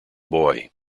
boy